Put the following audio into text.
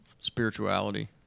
spirituality